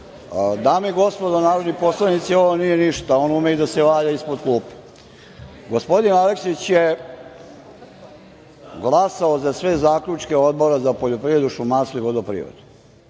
Dame i gospodo narodni poslanici, ovo nije ništa, on ume i da se valja ispod klupe. Gospodin Aleksić je glasao za sve zaključke Odbora za poljoprivredu, šumarstvo i vodoprivredu.